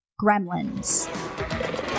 Gremlins